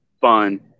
fun